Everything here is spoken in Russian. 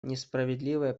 несправедливое